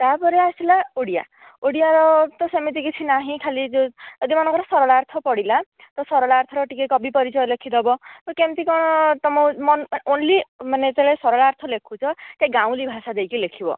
ତାପରେ ଆସିଲା ଓଡ଼ିଆ ଓଡ଼ିଆ ର ତ ସେମିତି କିଛି ନାହିଁ ଖାଲି ଯେଉଁ ଆଉ ଯେଉଁ ମାନଙ୍କର ସରଳାର୍ଥ ପଡ଼ିଲା ସରଳାର୍ଥ ର ଟିକେ କବି ପରିଚୟ ଲେଖିଦେବ କେମିତି କ'ଣ ତମ ମନ ଓଂଲି ମାନେ ଯେତେବେଳେ ସରଳାର୍ଥ ଲେଖୁଛ ଟିକେ ଗାଉଁଲି ଭାଷା ଦେଇକି ଲେଖିବ